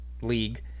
league